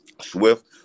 Swift